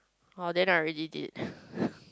oh I already did